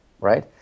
right